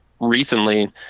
Recently